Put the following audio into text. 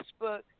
Facebook